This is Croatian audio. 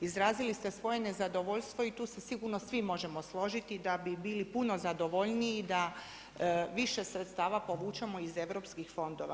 Izrazili ste svoje nezadovoljstvo i tu se sigurno svi možemo složiti da bi bili puno zadovoljniji da više sredstava povučemo iz europskih fondova.